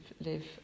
live